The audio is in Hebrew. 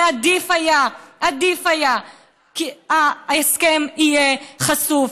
ועדיף היה כי ההסכם יהיה חשוף,